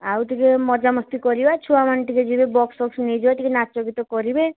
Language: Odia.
ଆଉ ଟିକିଏ ମଜାମସ୍ତି କରିବା ଛୁଆମାନେ ଟିକିଏ ଯିବେ ବକ୍ସ ଫକ୍ସ ନେଇଯିବା ଟିକିଏ ନାଚଗୀତ କରିବେ